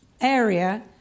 area